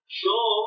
show